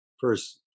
first